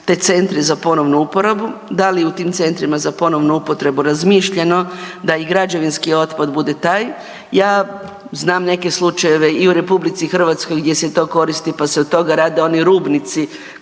te centre za ponovnu uporabu, da li je u tim centrima za ponovnu uporabu razmišljeno da i građevinski otpad bude taj? Ja znam neke slučajeve i u RH gdje se to koristi, pa se od toga rade oni rubnici